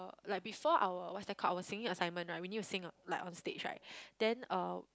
like before our what's that called our singing assignment right we need to sing a like on stage right then uh